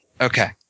Okay